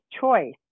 choice